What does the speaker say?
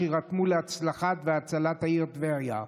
שיירתמו להצלחת והצלת העיר טבריה.